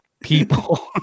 people